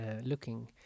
looking